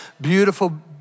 beautiful